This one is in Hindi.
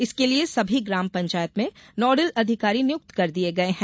इसके लिए सभी ग्राम पंचायत मे नोडल अधिकारी नियुक्त कर दिये गये हैं